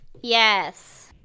Yes